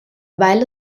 weil